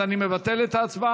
אז אני מבטל את ההצבעה.